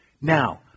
Now